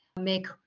make